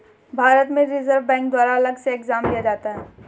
भारत में reserve bank द्वारा अलग से एग्जाम लिया जाता है